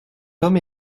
homme